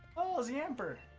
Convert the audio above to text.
biology amber